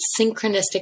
synchronistic